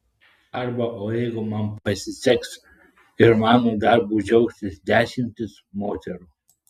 arba o jeigu man pasiseks ir mano darbu džiaugsis dešimtys moterų